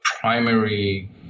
primary